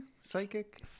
Psychic